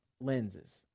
lenses